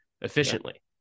efficiently